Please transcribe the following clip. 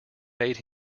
made